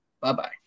Bye-bye